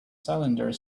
cylinder